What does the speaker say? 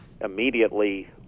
immediately